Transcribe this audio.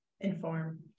inform